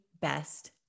best